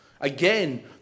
Again